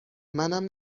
منم